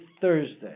Thursday